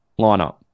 lineup